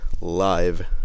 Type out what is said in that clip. Live